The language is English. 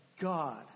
god